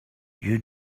you